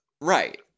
Right